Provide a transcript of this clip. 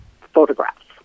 photographs